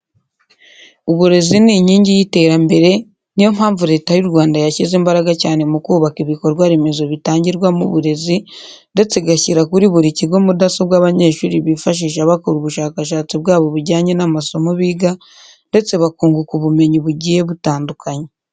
Uburezi ni inkingi y'iterambere, niyo mpamvu Leta y'u Rwanda yashyize imbaraga cyane mu kubaka ibikorwaremezo bitangirwamo uburezi ndetse igashyira kuri buri kigo mudasobwa abanyeshuri bifashisha bakora ubushakashatsi bwabo bujyanye n'amasomo biga ndetse bakunguka ubumenyi bugiye butandukanye.